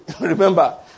Remember